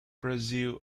brazil